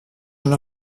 una